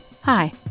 Hi